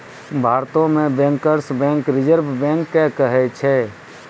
भारतो मे bankers bank Reserve Bank के कहै छै